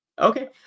Okay